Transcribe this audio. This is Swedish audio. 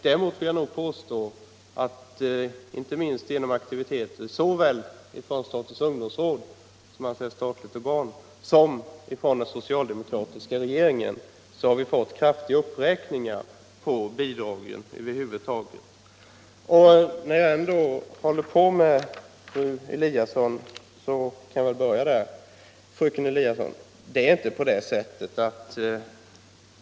Däremot vill jag påstå att inte minst genom aktiviteter från såväl statens ungdomsråd — alltså ett statligt organ —- som den socialdemokratiska regeringen har vi fått kraftiga uppräkningar av bidragen över huvud taget. Och låt mig, herr talman. börja med att i detta sammanhang säga några ord till fröken Eliasson om bidragsutformningen.